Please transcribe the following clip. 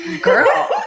girl